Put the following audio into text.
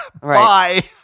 Bye